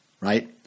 right